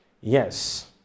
Yes